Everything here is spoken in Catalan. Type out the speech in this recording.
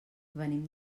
venim